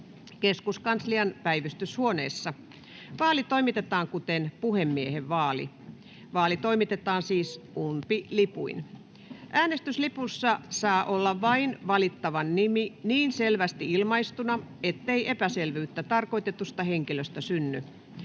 keskuskanslian päivystyshuoneessa. Vaali toimitetaan kuten puhemiehen vaali. Vaali toimitetaan siis umpilipuin. Äänestyslipussa saa olla vain valittavan nimi niin selvästi ilmaistuna, ettei epäselvyyttä tarkoitetusta henkilöstä synny.